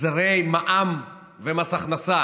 החזרי מע"מ ומס הכנסה,